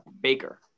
Baker